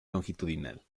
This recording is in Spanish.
longitudinal